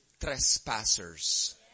trespassers